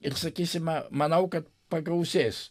ir sakysima manau kad pagausės